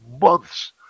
months